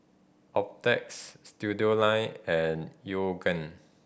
Optex Studioline and Yoogane